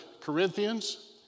Corinthians